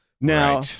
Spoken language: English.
Now